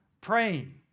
Praying